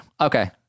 Okay